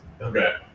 Okay